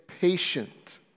patient